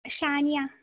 Shania